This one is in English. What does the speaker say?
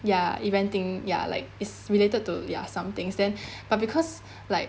ya event thing ya like it's related to ya some things then but because like